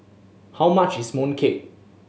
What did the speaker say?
how much is mooncake